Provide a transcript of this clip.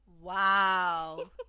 Wow